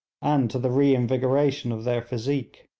and to the reinvigoration of their physique.